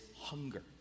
hunger